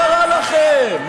מה קרה?